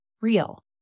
real